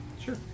Sure